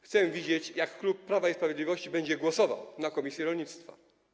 Chcę widzieć, jak klub Prawa i Sprawiedliwości będzie głosował w komisji rolnictwa.